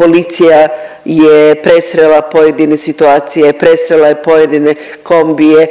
policija je presrela pojedine situacije, presrela je pojedine kombije,